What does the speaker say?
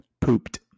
pooped